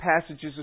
passages